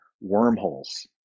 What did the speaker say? wormholes